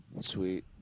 Sweet